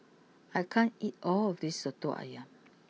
I can't eat all of this Soto Ayam